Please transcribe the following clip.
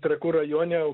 trakų rajone